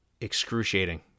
excruciating